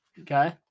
okay